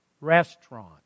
Restaurant